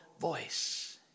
voice